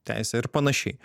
teise ir panašiai